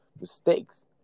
mistakes